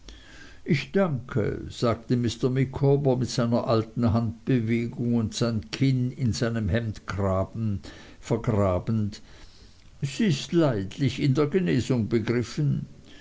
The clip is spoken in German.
ich danke sagte mr micawber mit seiner alten handbewegung und sein kinn in seinem hemdkragen vergrabend sie ist leidlich in der genesung begriffen